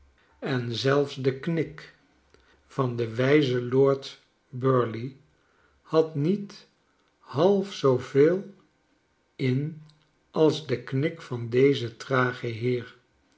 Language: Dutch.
en zelfs de knik van den wijzen lord burleigh had niet half zooveel in als de knik van dezen tragen heer